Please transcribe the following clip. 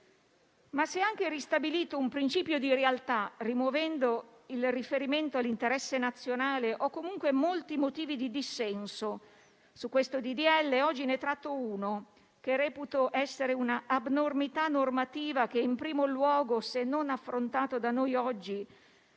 anche viene ristabilito un principio di realtà, rimuovendo il riferimento all'interesse nazionale, ho comunque molti motivi di dissenso su questo disegno di legge. Oggi ne tratto uno, che reputo essere un'abnormità normativa e che in primo luogo, se non affrontato da noi oggi